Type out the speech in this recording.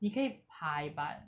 你可以拍 but